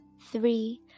three